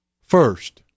First